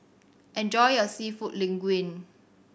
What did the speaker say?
enjoy your Seafood Linguine